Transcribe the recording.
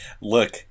Look